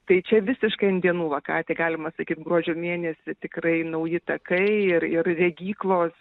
tai čia visiškai ant dienų va ką tik galima sakyt gruodžio mėnesį tikrai nauji takai ir ir regyklos